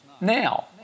Now